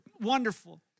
Wonderful